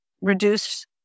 reduce